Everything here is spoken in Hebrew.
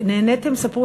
נהניתם, ספרו